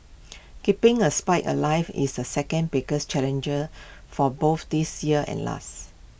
keeping A spied alive is A second biggest challenger for both this year and last